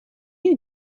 you